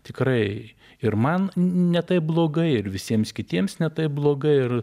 tikrai ir man ne taip blogai ir visiems kitiems ne taip blogai ir